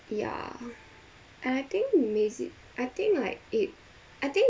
yeah and I think I think like it I think